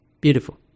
beautiful